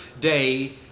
day